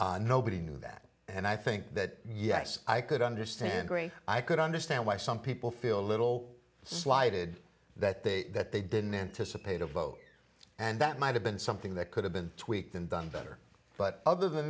nobody knew that and i think that yes i could understand i could understand why some people feel a little slighted that they that they didn't anticipate a vote and that might have been something that could have been tweaked and done better but other than